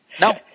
No